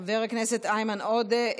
חבר הכנסת איימן עודה,